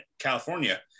California